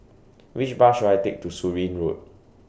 Which Bus should I Take to Surin Road